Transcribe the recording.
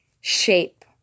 shape